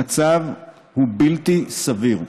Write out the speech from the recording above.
המצב הוא בלתי סביר.